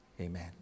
Amen